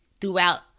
Throughout